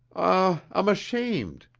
ah, i'm ashamed,